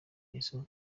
yesu